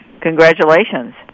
Congratulations